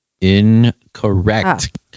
Incorrect